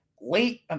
late